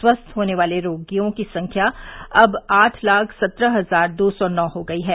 स्वस्थ होने वाले लोगों की संख्या अब आठ लाख सत्रह हजार दो सौ नौ हो गई है